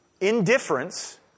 Indifference